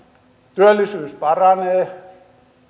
työllisyys paranee